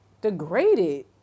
Degraded